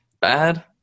bad